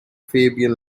fabian